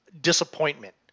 disappointment